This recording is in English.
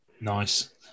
Nice